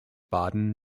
baden